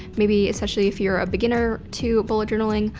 maybe especially if you're a beginner to bullet journaling,